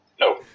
No